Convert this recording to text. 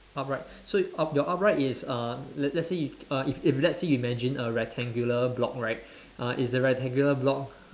upright so up your upright is uh let's let's say you uh if if let's say you imagine a rectangular block right uh is the rectangular block